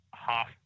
half